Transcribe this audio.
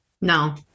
No